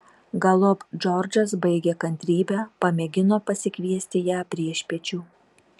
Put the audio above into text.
galop džordžas baigė kantrybę pamėgino pasikviesti ją priešpiečių